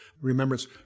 remembrance